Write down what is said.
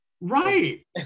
Right